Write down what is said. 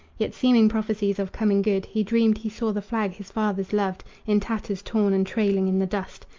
yet seeming prophecies of coming good. he dreamed he saw the flag his fathers loved in tatters torn and trailing in the dust,